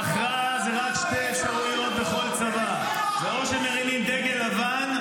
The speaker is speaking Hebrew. -- והכרעה זה רק שתי אפשרויות בכל צבא: זה או שמרימים דגל לבן,